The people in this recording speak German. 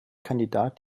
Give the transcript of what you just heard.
kandidat